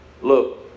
Look